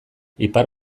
ipar